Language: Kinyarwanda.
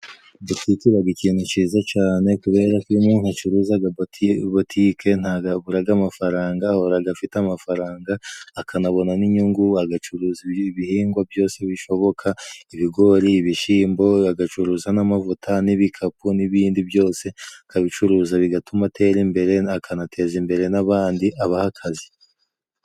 Butike ibaga ikintu ciza cane kuberako iyo umuntu acuruza butike ntago aburaga amafaranga ahoraga afite amafaranga akanabona n'inyungu agacuruza ibihingwa byose bishoboka ibigori ibishyimbo agacuruza n'amavuta n'ibikapu n'ibindi byose akabicuruza bigatuma aterimbere akanatezimbere n'abandi abaha akazi.